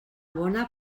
bona